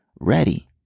ready